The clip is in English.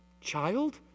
Child